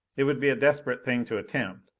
it would be a desperate thing to attempt,